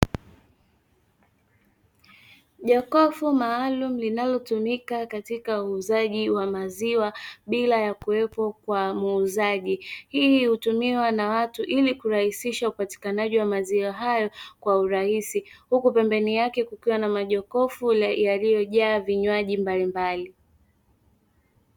Jokofu Maalum linalotumika katika uuzaji wa maziwa bila ya kuwepo kwa muuzaji hii utumiwa na watu, ili kurahisisha upatikanaji wa maziwa hayo kwa urahisi huku pembeni yake kukiwa na majokofu yaliyojaa vinywaji mbalimbali.